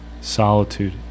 solitude